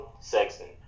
Sexton